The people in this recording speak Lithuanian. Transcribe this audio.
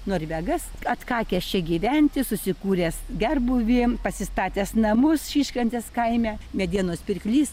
norvegas atkakęs čia gyventi susikūręs gerbūvį pasistatęs namus šyškrantės kaime medienos pirklys